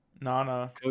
Nana